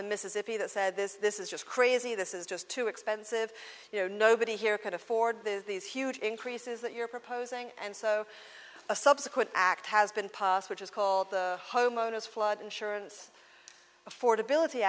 and mississippi that said this this is just crazy this is just too expensive you know nobody here can afford this these huge increases that you're proposing and so a subsequent act has been passed which is called the homeowners flood insurance affordability